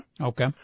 Okay